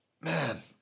man